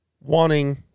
wanting